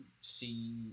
see